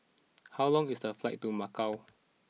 how long is the flight to Macau